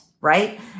right